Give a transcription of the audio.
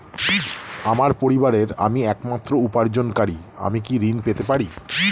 আমার পরিবারের আমি একমাত্র উপার্জনকারী আমি কি ঋণ পেতে পারি?